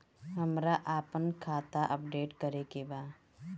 हमरा आपन खाता अपडेट करे के बा